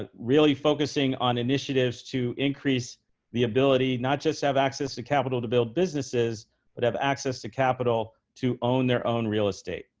ah really focusing on initiatives to increase the ability, not just to have access to capital to build businesses but have access to capital to own their own real estate.